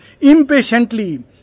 impatiently